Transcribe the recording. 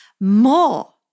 more